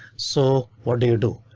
so what do you do?